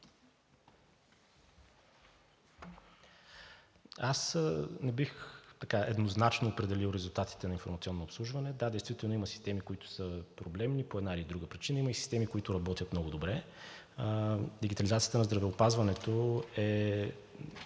Аз не бих еднозначно определил резултатите на „Информационно обслужване“. Да, действително има системи, които са проблемни по една или друга причина, а има и системи, които работят много добре. Дигитализацията на здравеопазването е